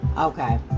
Okay